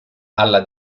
alla